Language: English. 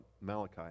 Malachi